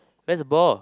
where is the ball